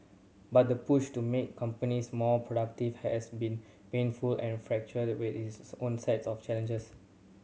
but the push to make companies more productive has been painful and with its own set of challenges